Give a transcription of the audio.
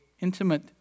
intimate